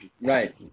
Right